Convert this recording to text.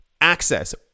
access